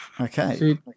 Okay